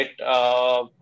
Right